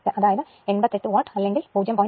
അതായത് 88 വാട്ട് അല്ലെങ്കിൽ 0